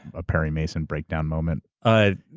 a perry mason breakdown moment? i